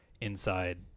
inside